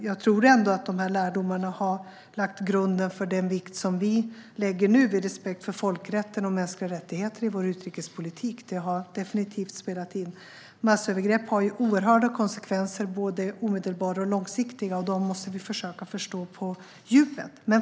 Jag tror att de lärdomarna har lagt grunden för den vikt som vi nu lägger vid respekt för folkrätten och mänskliga rättigheter i vår utrikespolitik. Det har definitivt spelat in. Massövergrepp har oerhörda konsekvenser, både omedelbara och långsiktiga, och dem måste vi försöka att förstå på djupet.